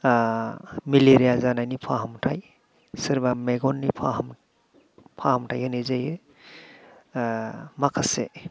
malaria जानायनि फाहामथाय सोरबा मेगननि फाहाम फाहामथाय होनाय जायो माखासे